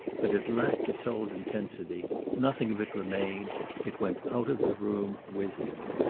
but it lacked its old intensity nothing of it remained it went out of the room with him.